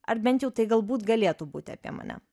ar bent jau tai galbūt galėtų būti apie mane